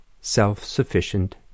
self-sufficient